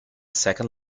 second